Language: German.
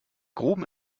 groben